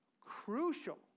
crucial